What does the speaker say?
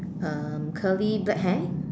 um curly black hair